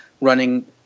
running